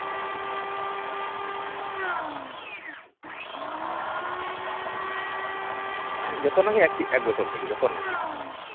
ᱦᱮᱸ ᱡᱚᱛᱚ ᱨᱮᱱᱟᱜ ᱜᱮ ᱮᱠ ᱵᱚᱪᱷᱚᱨ ᱠᱟᱛᱮ ᱜᱮ ᱡᱚᱛᱚ ᱨᱮᱱᱟᱜ ᱜᱮ